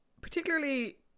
particularly